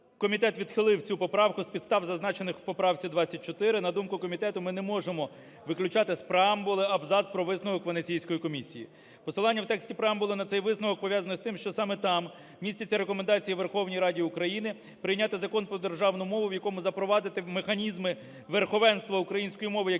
Комітет відхилив цю поправку з підстав, зазначених у поправці 24. На думку комітету, ми не можемо виключати з преамбули абзац про висновок Венеційської комісії. Посилання в тексті преамбули на цей висновок пов'язане з тим, що саме там містяться рекомендації Верховній Раді України прийняти Закон про державну мову, в якому запровадити механізми верховенства української мови як єдиної